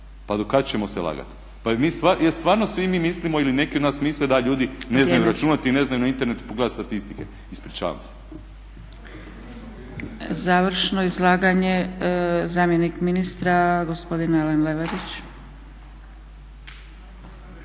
Pa do kad ćemo se lagati? Pa jel' stvarno svi mi mislimo ili neki od nas misle da ljudi ne znaju računati i ne znaju na internetu pogledati statistike? …/Upadica Zgrebec: Vrijeme./… Ispričavam se.